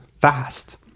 fast